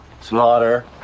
slaughter